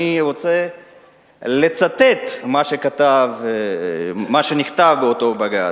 אני רוצה לצטט מה נכתב באותו בג"ץ: